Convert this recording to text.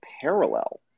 parallel